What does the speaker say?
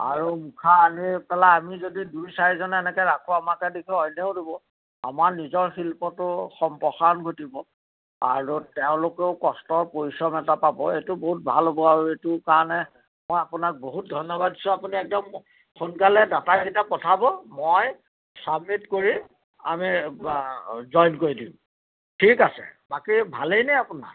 আৰু মুখা আনি পেলাই আমি যদি দুই চাৰিজনে এনেকৈ ৰাখোঁ আমাকে দেখি অইনেও দিব আমাৰ নিজৰ শিল্পটোৰ সম্প্ৰসাৰণ ঘটিব আৰু তেওঁলোকেও কষ্টৰ পৰিশ্ৰম এটা পাব এইটো বহুত ভাল হ'ব আৰু এইটো কাৰণে মই আপোনাক বহুত ধন্যবাদ দিছোঁ আপুনি একদম সোনকালে ডাটাকেইটা পঠাব মই চাবমিত কৰি আমি জইন কৰি দিম ঠিক আছে বাকী ভালেই নে আপোনাৰ